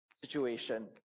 situation